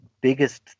biggest